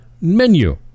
menu